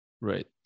right